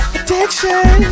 addiction